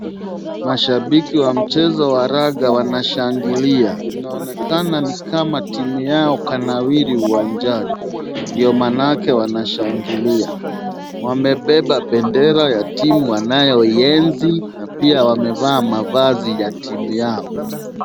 Mashabiki wa mchezo wa raga wanashangilia, inaonekana ni kama timu yao kanawiri uwanjani, ndio maanake wanashangilia. Wamebeba bendera ya timu wanayo ienzi. Na pia wamevaa mavazi ya timu yao.